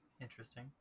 interesting